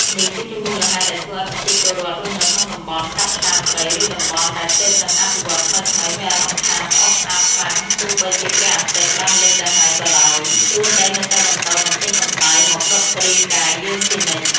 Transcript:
នេះគឺជាមូលហេតុដែលធ្វើឱ្យប្រជាពលរដ្ឋរស់នៅក្នុងតំបន់កាប់ឆ្ការព្រៃ ឬតំបន់ដែលទើបនឹងអភិវឌ្ឍថ្មីៗ មានអារម្មណ៍ថាស្អុះស្អាប់ខ្លាំងទោះបីជាព្រះអាទិត្យបានលិចទៅហើយក៏ដោយ ព្រោះដីនៅតែបន្តបញ្ចេញកម្ដៅមកដុតរាងកាយយើងជានិច្ច។